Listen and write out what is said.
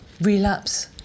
Relapse